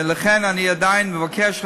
ולכן אני עדיין מבקש,